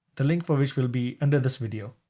the link for which will be under this video.